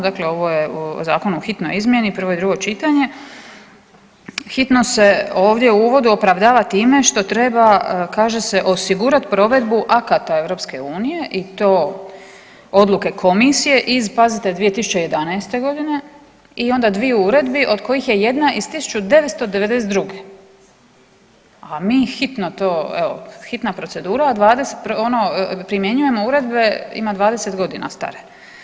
Dakle ovo je zakon u hitnoj izmjeni, prvo i drugo čitanje, hitnost se ovdje u uvodu opravdava time što treba kaže se osigurat provedbu akata EU i to odluke Komisije iz pazite 2011.g. i onda dviju uredbi od kojih je jedna iz 1992., a mi hitno to evo, hitna procedura, a primjenjujemo uredbe ima 20 godina stare.